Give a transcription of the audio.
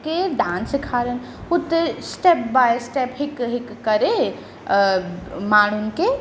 खे डांस सेखारनि हुते स्टेप बाए स्टेप हिकु हिकु करे माण्हुनि खे